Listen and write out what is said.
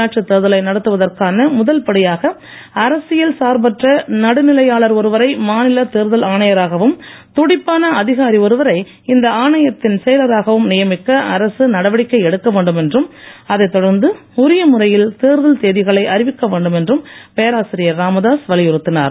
உள்ளாட்சித் தேர்தலை நடத்துவதற்கான முதல் படியாக அரசியல் சார்பற்ற நடுநிலையாளர் ஒருவரை மாநிலத் தேர்தல் ஆணையராகவும் துடிப்பான செயலராகவும் நியமிக்க அரசு நடவடிக்கை எடுக்க வேண்டும் என்றும் அதை தொடர்ந்து உரிய முறையில் தேர்தல் தேதிகளை அறிவிக்க வேண்டும் என்றும் பேராசிரியர் ராமதாஸ் வலியுறுத்தினார்